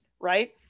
Right